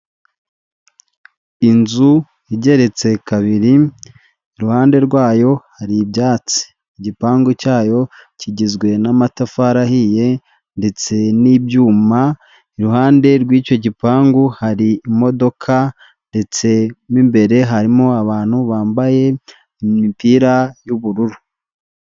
Inzu igeretse kabiri iruhande rwayo hari ibyatsi, igipangu cyayo kigizwe n'amatafari ahiye ndetse n'ibyuma, iruhande rw'icyo gipangu hari imodoka ndetse mo imbere harimo abantu bambaye imipira y'ubururu.